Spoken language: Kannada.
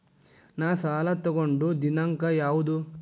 ನಾ ಸಾಲ ತಗೊಂಡು ದಿನಾಂಕ ಯಾವುದು?